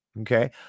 Okay